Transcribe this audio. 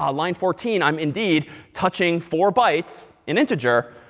ah line fourteen. i'm indeed touching four bytes, an integer,